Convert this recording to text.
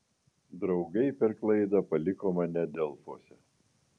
draugai per klaidą paliko mane delfuose